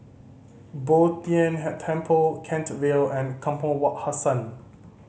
Bo Tien Temple Kent Vale and Kampong Wak Hassan